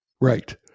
right